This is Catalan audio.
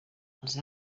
els